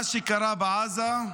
מה שקרה בעזה,